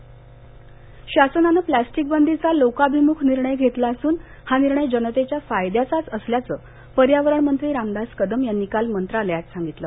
plastic शासनानं plastic बंदीचा लोकाभिमुख निर्णय घेतला असून हा निर्णय जनतेच्या फायद्याचाच असल्याचं पर्यावरणमंत्री रामदास कदम यांनी काल मंत्रालयात सांगितलं